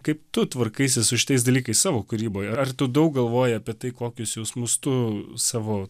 kaip tu tvarkaisi su šitais dalykais savo kūryboje ar tu daug galvoji apie tai kokius jausmus tu savo